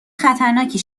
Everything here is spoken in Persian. خطرناکی